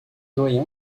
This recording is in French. doyen